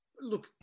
look